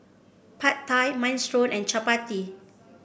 Pad Thai Minestrone and Chapati